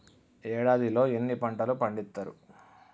ఏడాదిలో ఎన్ని పంటలు పండిత్తరు?